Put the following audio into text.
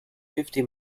fifty